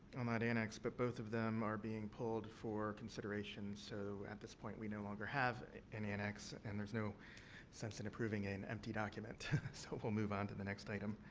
um and annex, but both of them are being pulled for consideration. so, at this point, we no longer have an annex. and, there's no sense in approving an empty document, so we'll move on to the next item.